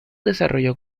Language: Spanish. desarrollo